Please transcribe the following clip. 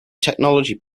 technology